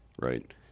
Right